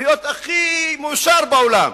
להיות הכי מאושר בעולם,